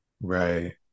Right